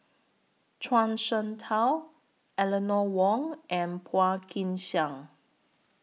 Zhuang Shengtao Eleanor Wong and Phua Kin Siang